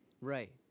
right